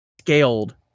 scaled